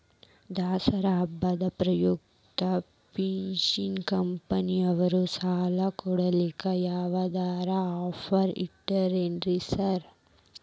ದಸರಾ ಹಬ್ಬದ ಪ್ರಯುಕ್ತ ಫೈನಾನ್ಸ್ ಕಂಪನಿಯವ್ರು ಸಾಲ ಕೊಡ್ಲಿಕ್ಕೆ ಯಾವದಾದ್ರು ಆಫರ್ ಇಟ್ಟಾರೆನ್ರಿ ಸಾರ್?